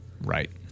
Right